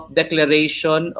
declaration